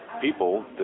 people